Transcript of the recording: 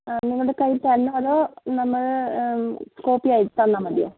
ആ നിങ്ങളുടെ കൈയ്യിൽ തരണോ അതോ നമ്മൾ കോപ്പി ആയി തന്നാൽ മതിയോ